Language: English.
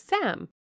Sam